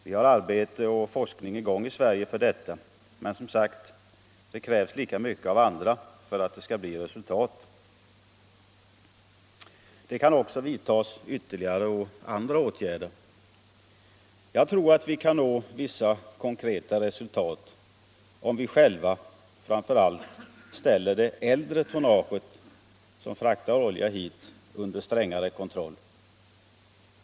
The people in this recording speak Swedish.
Vi har arbete och forskning i gång Om åtgärder för att även för detta. Men, som sagt, det krävs lika mycket av andra för att — förhindra oljeutdet skall bli resultat. Det kan också vidtas ytterligare och andra åtgärder. — släpp i Östersjön, Jag tror att vi kan nå vissa konkreta resultat om vi själva framför allt m.m. ställer det äldre tonnaget, som fraktar olja hit, under strängare kontroll.